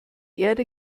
erde